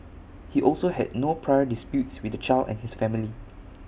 he also had no prior disputes with the child and his family